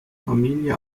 familie